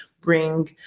bring